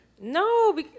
No